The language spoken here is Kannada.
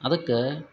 ಅದಕ್ಕೆ